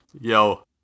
Yo